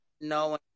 no